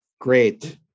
Great